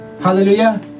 Hallelujah